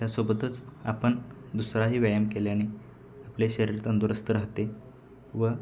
त्यासोबतच आपण दुसराही व्यायाम केल्याने आपले शरीर तंदुरुस्त राहते व